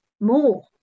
more